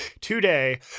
today